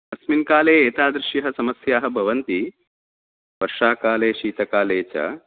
अस्मिन् काले एतादृश्यः समस्याः भवन्ति वर्षाकाले शीतकाले च